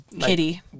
kitty